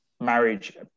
marriage